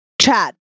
Chad